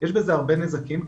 יש בזה הרבה נזקים.